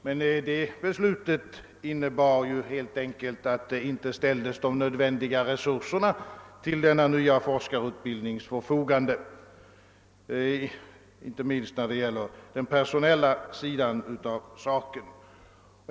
Men det beslutet innebar helt enkelt att de nödvändiga resurserna inte ställdes till den nya forskarutbildningens förfogande, inte minst när det gäller den personella sidan.